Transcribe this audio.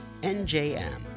NJM